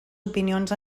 opinions